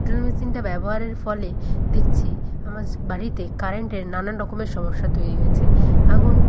drill মেশিনটা ব্যবহারের ফলে দেকছি আমার বাড়িতে কারেন্টের নানান রকমের সমস্যা তৈরি হয়েছে আগুন